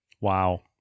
Wow